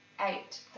eight